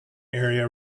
area